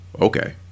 okay